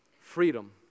freedom